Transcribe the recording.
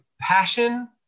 passion